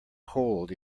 cold